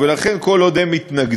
ולכן, כל עוד הם מתנגדים,